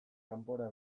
kanpora